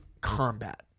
Combat